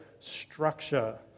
structure